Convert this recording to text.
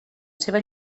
seva